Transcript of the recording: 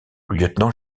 lieutenant